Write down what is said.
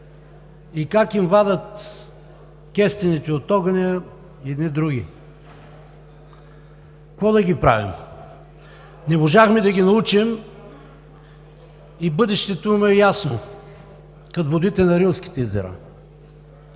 И как им вадят кестените от огъня едни други. Какво да ги правим? Не можахме да ги научим и бъдещето им е ясно, като водите на рилските езера.